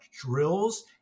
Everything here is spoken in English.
drills